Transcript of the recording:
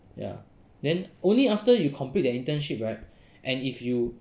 ya then only after you complete their internship right and if you